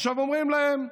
עכשיו אומרים להם: